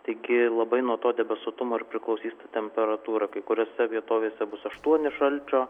taigi labai nuo to debesuotumo ir priklausys temperatūra kai kuriose vietovėse bus aštuoni šalčio